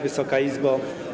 Wysoka Izbo!